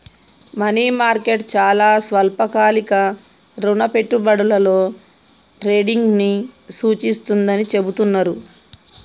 money market చాలా స్వల్పకాలిక రుణ పెట్టుబడులలో ట్రేడింగ్ను సూచిస్తుందని చెబుతున్నరు